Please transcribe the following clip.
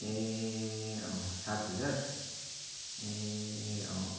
ए अँ सात हजार ए अँ अँ